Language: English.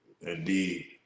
Indeed